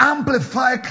Amplify